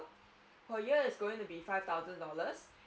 per year is going to be five thousand dollars